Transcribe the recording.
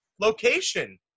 location